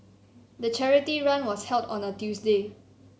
the charity run was held on a Tuesday